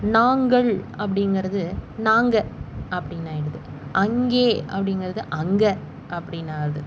நாங்கள் அப்படிங்கறது நாங்கள் அப்படின்னு ஆயிடுது அங்கே அப்படிங்கறது அங்கே அப்படின்னு ஆகுது